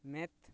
ᱢᱮᱫ